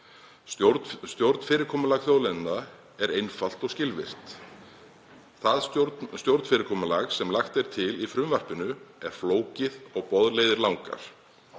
Stjórnfyrirkomulag þjóðlendna er einfalt og skilvirkt. Það stjórnfyrirkomulag sem lagt er til í frumvarpinu er flókið og boðleiðir langar.